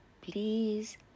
please